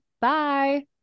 bye